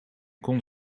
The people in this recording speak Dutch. kon